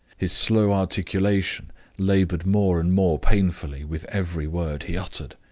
his slow articulation labored more and more painfully with every word he uttered.